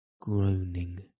groaning